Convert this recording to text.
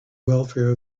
welfare